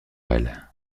elle